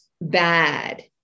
bad